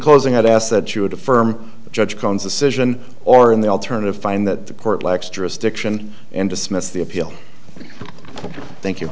closing i'd ask that you would affirm judge jones a citizen or in the alternative find that the court lacks jurisdiction and dismiss the appeal thank you